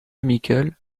amical